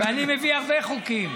ואני מביא הרבה חוקים.